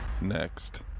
next